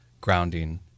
grounding